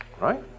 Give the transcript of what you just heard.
right